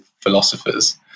philosophers